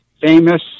famous